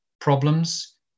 problems